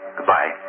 Goodbye